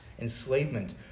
enslavement